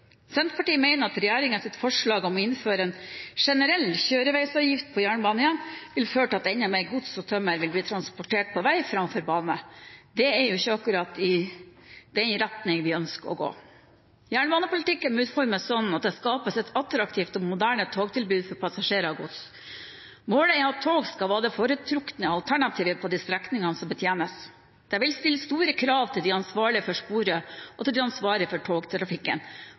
Senterpartiet mener at regjeringens forslag om å innføre en generell kjøreveisavgift på jernbanen igjen vil føre til at enda mer gods og tømmer vil bli transportert på vei framfor bane. Det er ikke akkurat i den retningen vi ønsker å gå. Jernbanepolitikken må utformes slik at det skapes et attraktivt og moderne togtilbud for passasjerer og gods. Målet er at tog skal være det foretrukne alternativet på de strekningene som betjenes. Det vil stille store krav til de ansvarlige for sporet og til de ansvarlige for